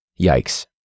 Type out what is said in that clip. Yikes